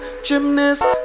Gymnast